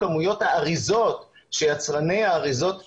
כמויות האריזות שיצרני האריזות מייצרים.